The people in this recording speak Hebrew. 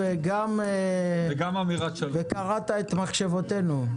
קראת את מחשבותינו.